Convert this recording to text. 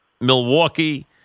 Milwaukee